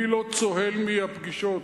אני לא צוהל מהפגישות.